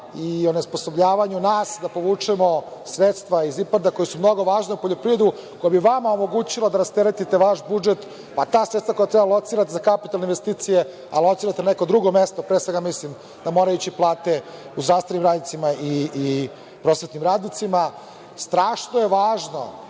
i onesposobljavanju nas da povučemo sredstva iz IPARD-a koja su mnogo važna za poljoprivredu, koja bi vama omogućila da rasteretite vaš budžet, a ta sredstva koja treba da locirate za kapitalne investicije, a locirate na nekom drugom mestu, pre svega, mislim na morajuće plate, zdravstvenim radnicima i prosvetnim radnicima. Strašno je važno